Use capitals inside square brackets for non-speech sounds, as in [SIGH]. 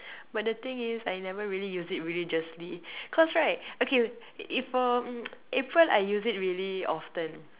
but the thing is I never really use it religiously cause right okay if um mm [NOISE] April I used it really often